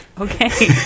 Okay